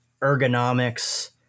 ergonomics